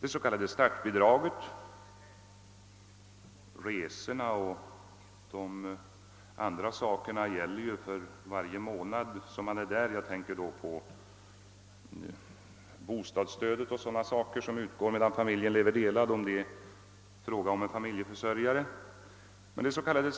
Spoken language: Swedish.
Ersättningen för resor och de andra förmånerna gäller ju för varje månad som arbetstagaren är på orten. Bostadsstödet exempelvis utgår medan familjen lever delad, om det är en familjeförsörjare som tar anställning.